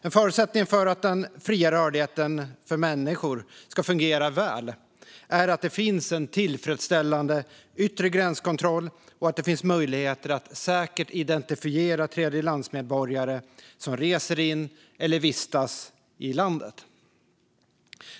En förutsättning för att den fria rörligheten för människor ska fungera väl är att det finns en tillfredsställande yttre gränskontroll och att det finns möjligheter att säkert identifiera tredjelandsmedborgare som reser in eller vistas i landet.